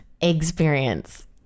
experience